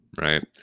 Right